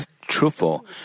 truthful